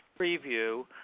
preview